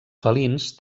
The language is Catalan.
felins